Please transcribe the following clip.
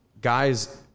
guys